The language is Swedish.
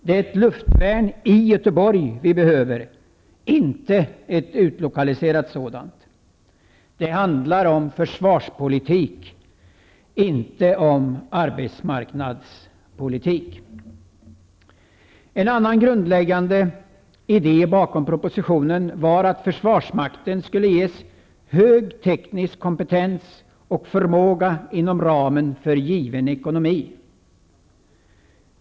Det är ett luftvärn i Göteborg som vi behöver, inte ett utlokaliserat sådant. Det handlar om försvarspolitik, inte om arbetsmarknadspolitik. En annan grundläggande idé bakom propositionen var att försvarsmakten skulle ges hög teknisk kompetens och förmåga inom ramen för given ekonomi.